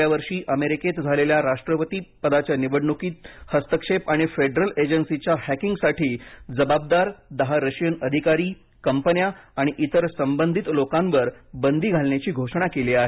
गेल्या वर्षी अमेरिकेत झालेल्या राष्ट्रपती पदाच्या निवडणुकीत हस्तक्षेप आणि फेडरल एजन्सीजच्या हॅर्किंगसाठी जबाबदार दहा रशियन अधिकारी कंपन्या आणि इतर संबधित लोकांवर बंदी घालण्याची घोषणा केली आहे